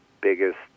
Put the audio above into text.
biggest